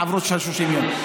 יעברו ה-30 יום.